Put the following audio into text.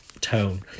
tone